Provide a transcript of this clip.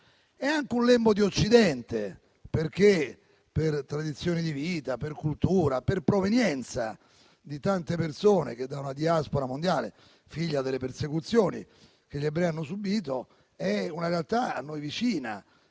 È anche un lembo di Occidente, per tradizione di vita, per cultura, per provenienza di tante persone da una diaspora mondiale, figlia delle persecuzioni che gli ebrei hanno subito, ed è una realtà a noi vicina;